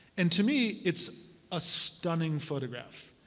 and to me it's a stunning photograph.